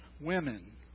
women